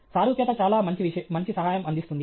సారూప్యత చాలా మంచి సహాయం అందిస్తుంది